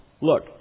Look